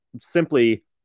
Simply